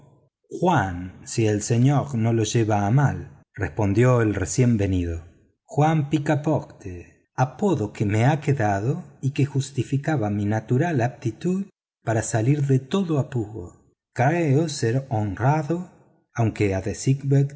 juan si el señor no lo lleva a mal respondió el recién venido juan picaporte apodo que me ha quedado y que justificaba mi natural aptitud para salir de todo apuro creo ser honrado aunque a decir